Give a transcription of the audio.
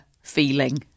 feeling